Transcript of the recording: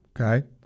Okay